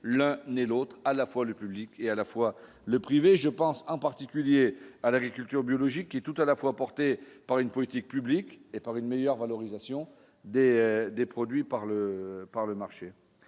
l'un ni l'autre, à la fois le public est à la fois le privé, je pense en particulier à l'agriculture biologique est tout à la fois portée par une politique publique et par une meilleure valorisation des des produits par le par